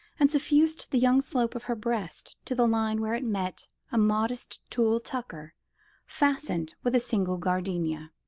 and suffused the young slope of her breast to the line where it met a modest tulle tucker fastened with a single gardenia.